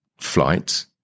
flight